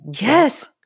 Yes